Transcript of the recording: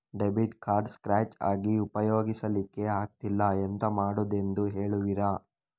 Debit card scratch ಆಗಿ ಉಪಯೋಗಿಸಲ್ಲಿಕ್ಕೆ ಆಗ್ತಿಲ್ಲ, ಎಂತ ಮಾಡುದೆಂದು ಹೇಳುವಿರಾ?